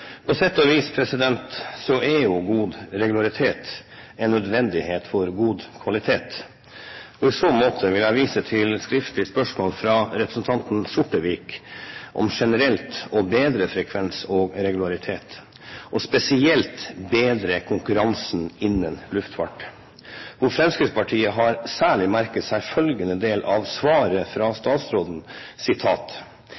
På sett og vis er jo god regularitet en nødvendighet for god kvalitet. I så måte vil jeg vise til et skriftlig spørsmål fra representanten Sortevik om generelt å bedre frekvens og regularitet, og spesielt bedre konkurransen innen luftfart. Fremskrittspartiet har særlig merket seg følgende del av svaret fra